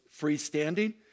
freestanding